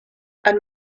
and